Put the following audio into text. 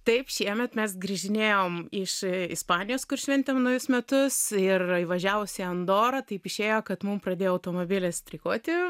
taip šiemet mes grįžinėjom iš ispanijos kur šventėm naujus metus ir įvažiavusį andorą taip išėjo kad mum pradėjo automobilis streikuoti